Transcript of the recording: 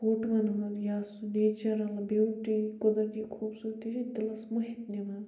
photo وَن ہنٛد یا سُہ نیچرَل بیٛوٹی قُدرتی خوٗبصوٗرتی چھِ دِلَس مُہِتھ نِوان